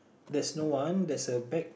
there's no one there's a bag